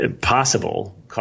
possible